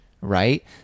right